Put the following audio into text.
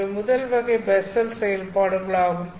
இவை முதல் வகை பெஸ்ஸல் செயல்பாடுகள் ஆகும்